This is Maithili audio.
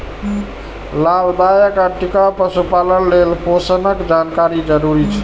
लाभदायक आ टिकाउ पशुपालन लेल पोषणक जानकारी जरूरी छै